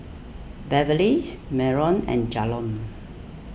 Beverley Marion and Jalon